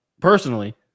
personally